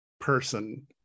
person